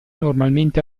normalmente